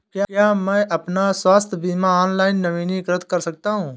क्या मैं अपना स्वास्थ्य बीमा ऑनलाइन नवीनीकृत कर सकता हूँ?